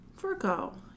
Virgo